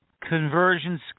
conversions